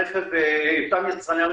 וגם אתה,